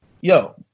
yo